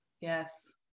Yes